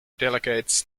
delegates